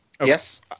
Yes